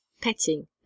petting